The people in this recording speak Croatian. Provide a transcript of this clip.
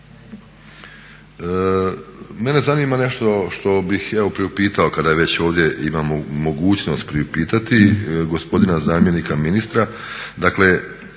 Mene zanima nešto što bih evo priupitao kada već ovdje imamo mogućnost priupitati gospodina zamjenika ministra,